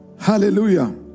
Hallelujah